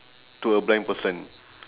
to a blind person